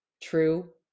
true